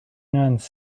nuns